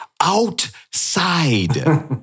outside